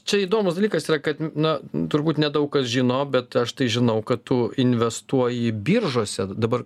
čia įdomus dalykas yra kad na turbūt nedaug kas žino bet aš tai žinau kad tu investuoji biržose dabar